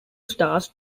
stars